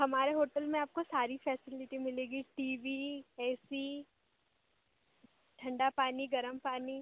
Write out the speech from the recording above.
हमारे होटल में आपको सारी फैसिलिटी मिलेगी टी वी ए सी ठंडा पानी गर्म पानी